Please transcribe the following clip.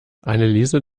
anneliese